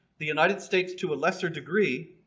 the united states to a lesser degree,